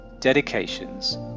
dedications